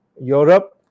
Europe